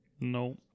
No